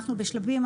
אנחנו בשלבים,